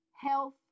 Health